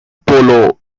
polo